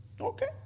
Okay